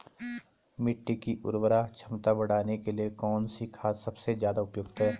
मिट्टी की उर्वरा क्षमता बढ़ाने के लिए कौन सी खाद सबसे ज़्यादा उपयुक्त है?